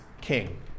king